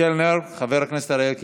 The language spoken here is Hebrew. חבר הכנסת אריאל קלנר,